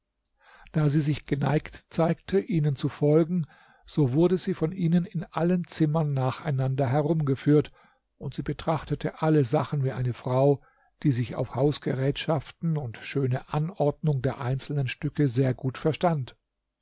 da sie sich geneigt zeigte ihnen zu folgen so wurde sie von ihnen in allen zimmern nacheinander herumgeführt und sie betrachtete alle sachen wie eine frau die sich auf hausgerätschaften und schöne anordnung der einzelnen stücke sehr gut verstand